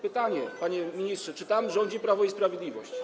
Pytanie: Panie ministrze, czy tam rządzi Prawo i Sprawiedliwość?